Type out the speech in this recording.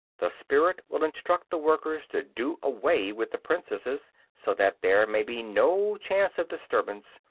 the spirit will instruct the workers to do away with the princesses, so that there may be no chance of disturbance,